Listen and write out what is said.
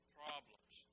problems